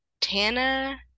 Tana